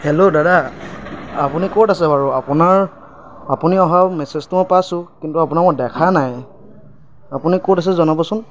hello দাদা আপুনি ক'ত আছে বাৰু আপোনাৰ আপুনি অহাৰ মেচেজটো মই পাইছোঁ কিন্তু আপোনাক মই দেখা নাই আপুনি ক'ত আছে জনাবচোন